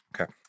Okay